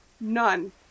None